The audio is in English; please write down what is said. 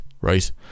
right